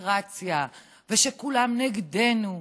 קונספירציה ושכולם נגדנו.